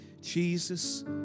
Jesus